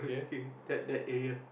okay that that area